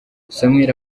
samuel